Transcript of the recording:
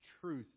truth